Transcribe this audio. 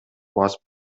басып